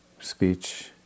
Speech